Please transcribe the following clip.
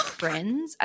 friends